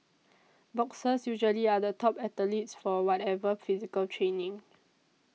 boxers usually are the top athletes for whatever physical training